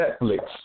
Netflix